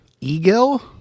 Egil